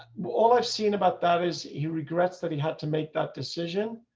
well, i've seen about that. is he regrets that he had to make that decision,